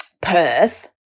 Perth